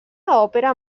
òpera